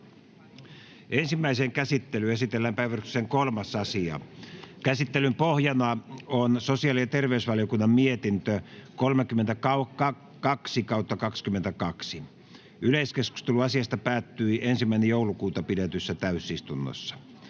Ensimmäiseen käsittelyyn esitellään päiväjärjestyksen 4. asia. Käsittelyn pohjana on sosiaali- ja terveysvaliokunnan mietintö StVM 33/2022 vp. Yleiskeskustelu asiasta päättyi 1.12.2022 pidetyssä täysistunnossa.